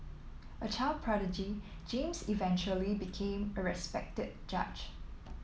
a child prodigy James eventually became a respected judge